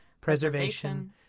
preservation